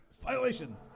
Violation